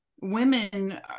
women